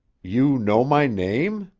you know my name?